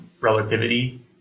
relativity